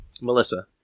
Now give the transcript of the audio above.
Melissa